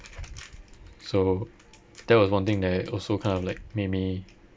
so that was one thing that also kind of like made me